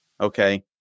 okay